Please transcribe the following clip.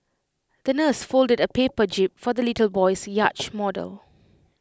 the nurse folded A paper jib for the little boy's yacht model